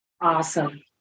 Awesome